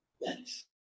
Yes